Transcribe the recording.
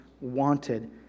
wanted